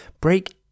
Break